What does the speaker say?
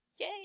Yay